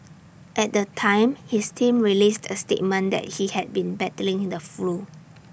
at the time his team released A statement that he had been battling in the flu